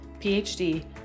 PhD